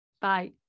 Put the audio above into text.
bye